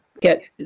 get